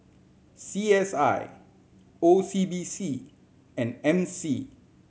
C S I O C B C and M C